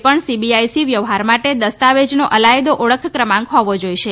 હવેથી કોઈપણ સીબીઆઈસી વ્યવહાર માટે દસ્તાવેજનો અલાયદો ઓળખ ક્રમાંક હોવો જોઈએ